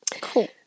Cool